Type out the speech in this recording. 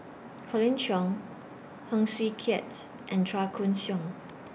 Colin Cheong Heng Swee Keat and Chua Koon Siong